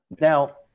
Now